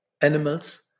animals